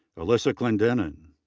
alyssa clendenen.